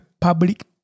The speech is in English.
public